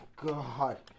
god